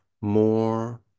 more